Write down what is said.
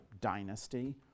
dynasty